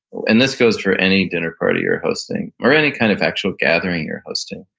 and this goes for any dinner party you're hosting, or any kind of actual gathering you're hosting.